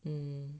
mm